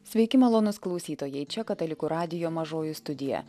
sveiki malonūs klausytojai čia katalikų radijo mažoji studija